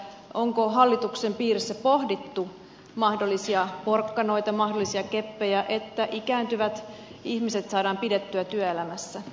onko hallituksen piirissä pohdittu mahdollisia porkkanoita mahdollisia keppejä että ikääntyvät ihmiset saadaan pidettyä työelämässä